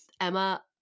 Emma